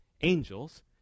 angels